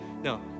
No